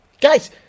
Guys